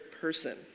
person